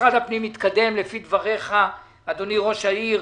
משרד הפנים מתקדם לפי דבריך, אדוני ראש העיר,